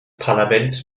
parlament